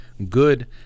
good